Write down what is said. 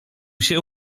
się